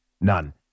None